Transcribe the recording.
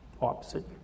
opposite